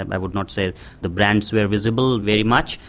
i would not say the brands were visible very much.